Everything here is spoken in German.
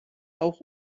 auch